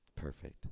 Perfect